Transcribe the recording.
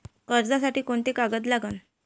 कर्जसाठी कोंते कागद लागन?